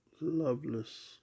loveless